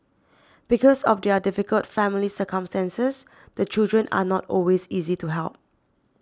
because of their difficult family circumstances the children are not always easy to help